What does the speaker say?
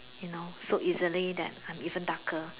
you know so easily that I'm even darker